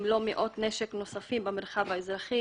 אם לא מאות, כלי נשק נוספים במרחב האזרחי.